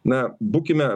na būkime